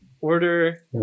Order